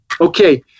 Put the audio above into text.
Okay